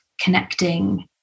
connecting